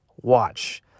Watch